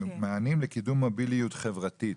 מענים לקידום מוביליות חברתית.